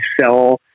sell